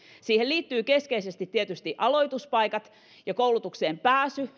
siihen liittyvät keskeisesti tietysti aloituspaikat ja koulutukseen pääsy